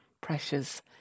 pressures